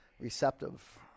receptive